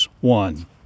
one